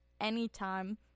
anytime